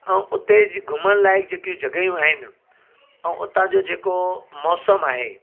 ऐं हुते ज घुमण लाइक़ु जेकियूं जॻहियूं आहिनि ऐं उतां जो जेको मौसमु आहे